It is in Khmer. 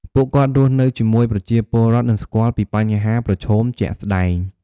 ពួកគាត់រស់នៅជាមួយប្រជាពលរដ្ឋ និងស្គាល់ពីបញ្ហាប្រឈមជាក់ស្ដែង។